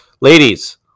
Ladies